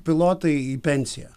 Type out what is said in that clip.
pilotai į pensiją